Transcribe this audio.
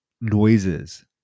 Noises